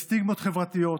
בסטיגמות חברתיות,